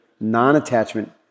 non-attachment